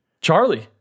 charlie